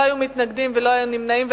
לא היו מתנגדים ולא היו נמנעים.